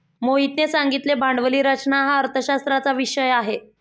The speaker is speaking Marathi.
मोहितने सांगितले भांडवली रचना हा अर्थशास्त्राचा विषय आहे